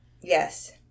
Yes